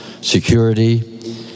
security